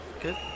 good